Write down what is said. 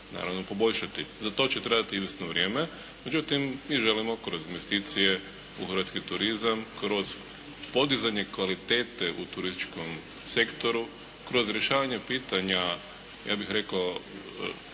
naravno poboljšati. Za to će trebati izvjesno vrijeme, međutim mi želimo kroz investicije u hrvatski turizam kroz podizanje kvalitete u turističkom sektoru kroz rješavanje pitanja ja bih rekao